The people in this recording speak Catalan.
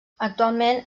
actualment